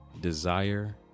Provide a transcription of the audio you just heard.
Desire